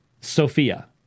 Sophia